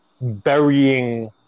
burying